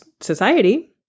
society